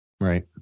Right